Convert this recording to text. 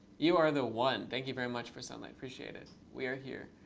you are the one. thank you very much, forsunlight. appreciate it. we are here.